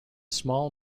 small